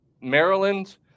Maryland